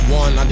one